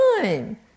time